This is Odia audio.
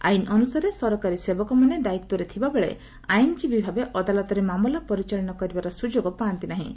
ଆଇନ ଅନୁସାରେ ସରକାରୀ ସେବକ ମାନେ ଦଦୟିତ୍ୱରେ ଥିବାବେଳେ ଆଇନଜୀବୀଭାବେ ଅଦାଲତରେ ମାମଲା ପରିଚାଳନା କରିବାର ସୁଯୋଗ ପାଆନ୍ତି ନାହିଁ